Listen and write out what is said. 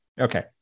okay